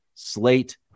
Slate